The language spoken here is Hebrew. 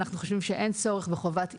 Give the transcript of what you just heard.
אנחנו חושבים שאין צורך בחובת אישור,